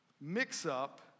mix-up